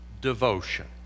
devotion